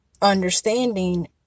understanding